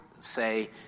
say